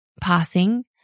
passing